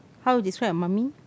how would you describe your mummy